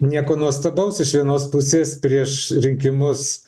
nieko nuostabaus iš vienos pusės prieš rinkimus